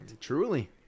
Truly